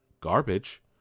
garbage